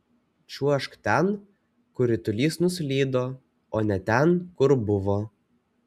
čiuožk ten kur ritulys nuslydo o ne ten kur buvo